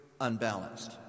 unbalanced